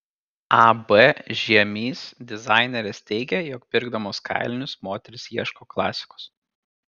ab žiemys dizainerės teigė jog pirkdamos kailinius moterys ieško klasikos